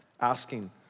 asking